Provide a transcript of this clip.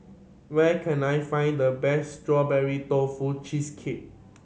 where can I find the best Strawberry Tofu Cheesecake